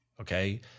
okay